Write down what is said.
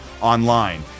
online